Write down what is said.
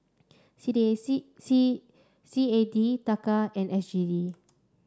C D A C C C A D Taka and S G D